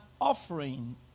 offering